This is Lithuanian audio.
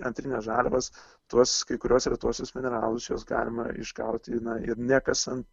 antrines žaliavas tuos kai kuriuos retuosius mineralus juos galima išgauti ir nekasant